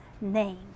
name